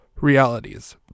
realities